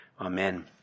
Amen